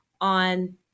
on